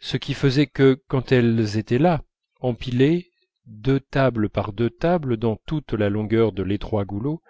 ce qui faisait que quand elles étaient là empilées deux tables par deux tables dans toute la longueur de l'étroit goulot